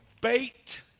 bait